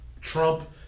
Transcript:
Trump